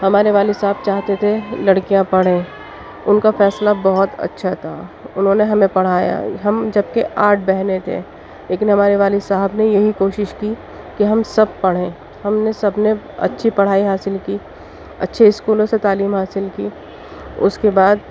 ہمارے والد صاحب چاہتے تھے لڑکیاں پڑھیں ان کا فیصلہ بہت اچّھا تھا انہوں نے ہمیں پڑھایا ہم جبکہ آٹھ بہنیں تھے لیکن ہمارے والد صاحب نے یہی کوشش کی کہ ہم سب پڑھیں ہم نے سب نے اچھی پڑھائی حاصل کی اچّھے اسکولوں سے تعلیم حاصل کی اس کے بعد